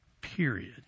Period